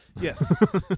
Yes